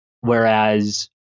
whereas